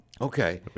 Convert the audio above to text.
Okay